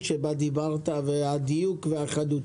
כל היום.